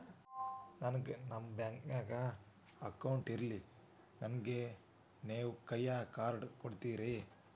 ನನ್ಗ ನಮ್ ಬ್ಯಾಂಕಿನ್ಯಾಗ ಅಕೌಂಟ್ ಇಲ್ರಿ, ನನ್ಗೆ ನೇವ್ ಕೈಯ ಕಾರ್ಡ್ ಕೊಡ್ತಿರೇನ್ರಿ?